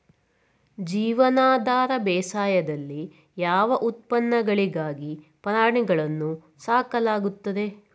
ಜೀವನಾಧಾರ ಬೇಸಾಯದಲ್ಲಿ ಯಾವ ಉತ್ಪನ್ನಗಳಿಗಾಗಿ ಪ್ರಾಣಿಗಳನ್ನು ಸಾಕಲಾಗುತ್ತದೆ?